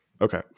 Okay